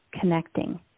connecting